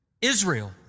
Israel